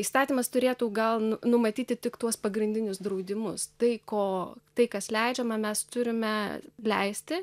įstatymas turėtų gal nu numatyti tik tuos pagrindinius draudimus tai ko tai kas leidžiama mes turime leisti